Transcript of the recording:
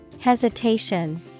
hesitation